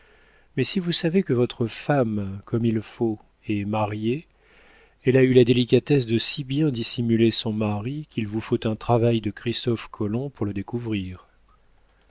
mais si vous savez que votre femme comme il faut est mariée elle a eu la délicatesse de si bien dissimuler son mari qu'il vous faut un travail de christophe colomb pour le découvrir